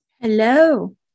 Hello